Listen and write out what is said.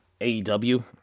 AEW